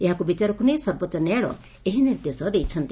ଏହାକୁ ବିଚାରକୁ ନେଇ ସର୍ବୋଚ ନ୍ୟାୟାଳୟ ଏହି ନିର୍ଦ୍ଦେଶ ଦେଇଛନ୍ତି